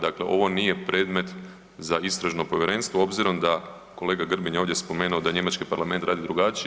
Dake, ovo nije predmet za istražno povjerenstvo obzirom da kolega Grbin je ovdje spomenuo da njemački Parlament radi drugačije.